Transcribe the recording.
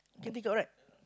can take out right